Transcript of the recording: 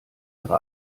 ihre